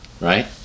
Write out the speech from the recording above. right